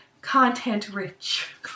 content-rich